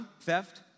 theft